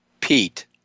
Pete